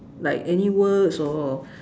like any words or